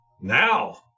Now